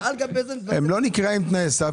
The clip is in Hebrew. ואגב זה -- הם לא נקראים "תנאי סף",